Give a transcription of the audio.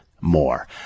more